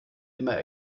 immer